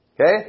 Okay